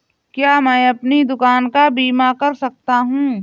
क्या मैं अपनी दुकान का बीमा कर सकता हूँ?